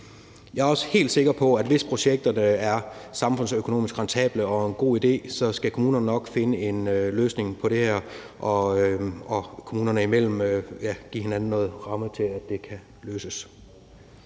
Jeg er også helt sikker på, at hvis projekterne er samfundsøkonomisk rentable og en god idé, skal kommunerne nok finde en løsning på det her og imellem give hinanden noget ramme, til at det kan løses.